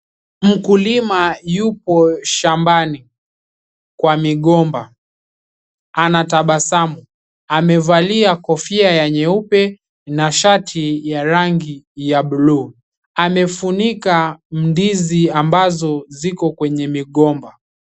Mkulima yupo shambani kwa migomba, anatabasamu. Amevalia kofia ya nyeupe na shati ya rangi ya buluu . Amefunika ndizi ambazo ziko kwenye migomba.